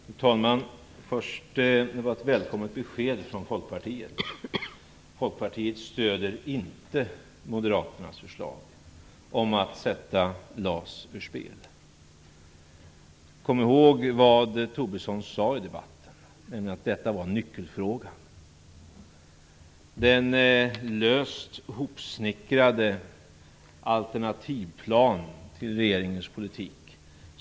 Fru talman! Det var ett välkommet besked från Folkpartiet. Folkpartiet stöder inte moderaternas förslag om att sätta LAS ur spel. Kom ihåg vad Lars Tobisson sade i debatten. Han sade att detta var nyckelfrågan. Vi har här i dag fått presenterad en löst hopsnickrad alternativplan till regeringens politik.